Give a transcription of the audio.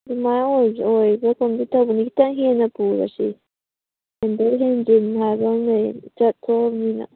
ꯑꯗꯨꯃꯥꯏꯅ ꯑꯣꯏꯕ꯭ꯔꯥ ꯀꯩꯅꯣꯝꯗꯤ ꯇꯧꯕꯅꯦ ꯈꯤꯇꯪ ꯍꯦꯟꯅ ꯄꯨꯔꯁꯤ ꯍꯦꯟꯗꯣꯛ ꯍꯦꯟꯖꯤꯟ ꯍꯥꯏꯕ ꯑꯃ ꯂꯩ ꯆꯠꯊꯣꯛꯑꯝꯅꯤꯅ